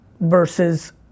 versus